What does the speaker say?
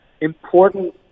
important